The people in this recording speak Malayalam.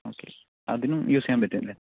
ഓക്കേ അതിനും യൂസ് ചെയ്യാൻ പറ്റും അല്ലേ